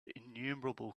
innumerable